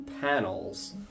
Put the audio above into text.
panels